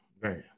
Right